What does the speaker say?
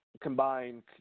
combined